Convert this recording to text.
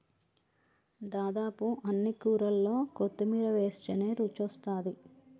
దాదాపు అన్ని కూరల్లో కొత్తిమీర వేస్టనే రుచొస్తాది